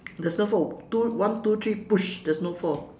there's no four two one two three push there's no four